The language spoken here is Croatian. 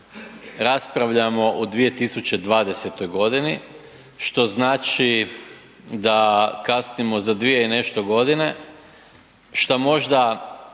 raspravljamo u 2020. godini što znači da kasnimo za dvije i nešto godine, šta možda